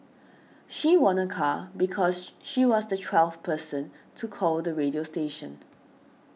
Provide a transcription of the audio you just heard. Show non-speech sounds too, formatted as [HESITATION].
she won a car because [HESITATION] she was the twelfth person to call the radio station